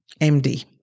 MD